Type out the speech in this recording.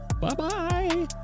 Bye-bye